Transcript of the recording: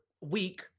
week